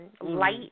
Light